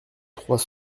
trois